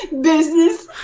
Business